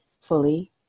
fully